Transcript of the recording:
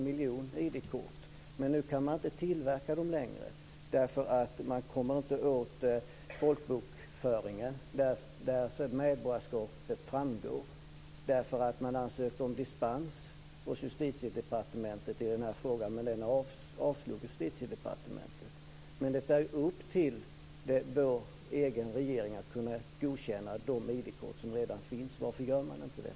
Men nu kan man inte tillverka dem längre eftersom man inte kommer åt folkbokföringen där medborgarskapet framgår. Man ansökte om dispens hos Justitiedepartementet i den här frågan, men den avslogs. Det är upp till vår egen regering att godkänna de ID-kort som redan finns. Varför gör man inte det?